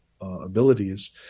abilities